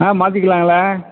ஆ மாற்றிக்கிலாங்களே